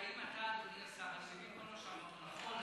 האם אתה, אדוני השר, אני מבין שכל מה שאמרת נכון.